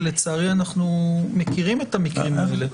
ולצערי אנחנו מכירים את המקרים האלה,